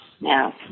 Now